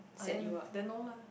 ah then then no [la]